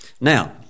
Now